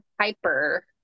hyper